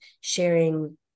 sharing